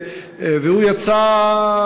והוא יצא,